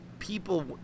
people